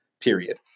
period